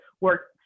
work